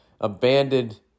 abandoned